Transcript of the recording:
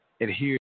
adhere